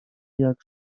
jak